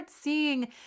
seeing